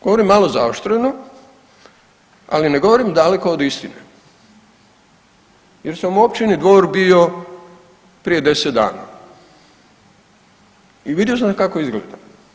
Govorim malo zaoštreno, ali ne govorim daleko od istine jer sam u općini Dvor bio prije 10 dana i vidio sam kako izgleda.